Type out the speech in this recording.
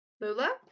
Lula